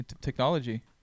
Technology